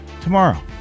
tomorrow